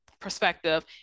perspective